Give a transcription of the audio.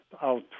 out